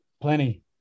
plenty